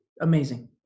amazing